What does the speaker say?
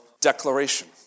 declaration